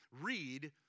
read